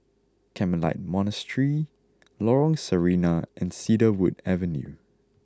Carmelite Monastery Lorong Sarina and Cedarwood Avenue